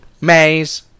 Maze